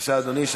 בבקשה, אדוני.